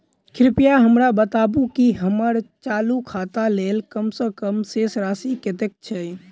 कृपया हमरा बताबू की हम्मर चालू खाता लेल कम सँ कम शेष राशि कतेक छै?